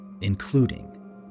including